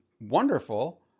wonderful